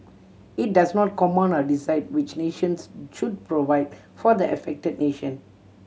it does not command or decide which nations should provide for the affected nation